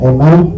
Amen